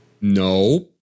No